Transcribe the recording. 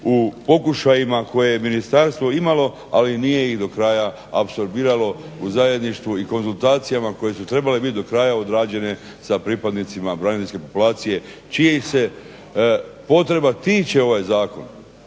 u pokušajima koje je ministarstvo imalo, ali nije ih do kraja apsolviralo u zajedništvu i konzultacijama koje su trebale biti do kraja odrađene sa pripadnicima braniteljske populacije čijih se potreba tiče ovaj zakon.